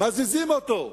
מזיזים אותו.